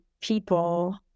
people